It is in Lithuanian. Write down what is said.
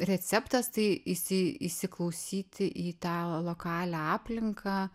receptas tai įsi įsiklausyti į tavo lokalią aplinką